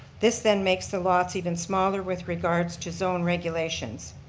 this then makes the lots even smaller with regards to zone regulations.